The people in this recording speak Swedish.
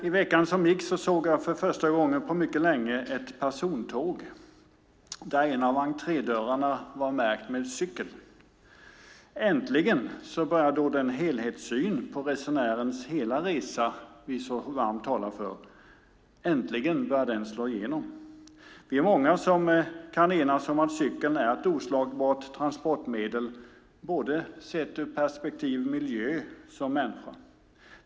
I veckan som gick såg jag för första gången på länge ett persontåg där en av entrédörrarna var märkt "cykel". Äntligen börjar den helhetssyn på resenärens hela resa som vi talar så varmt om att slå igenom. Vi är många som kan enas om att cykeln är ett oslagbart transportmedel för både miljön och människan.